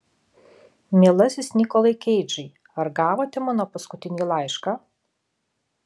mielasis nikolai keidžai ar gavote mano paskutinį laišką